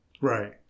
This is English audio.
right